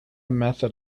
method